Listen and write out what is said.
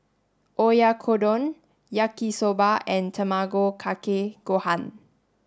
Oyakodon Yaki Soba and Tamago Kake Gohan